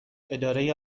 اداره